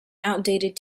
outdated